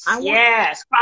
Yes